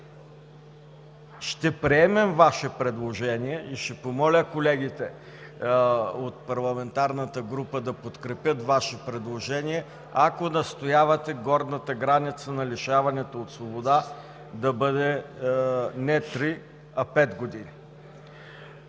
Ще приемем Ваше предложение, ще помоля колегите от парламентарната група да подкрепят Ваше предложение, ако настоявате горната граница на лишаването от свобода да бъде не 3, а 5 години.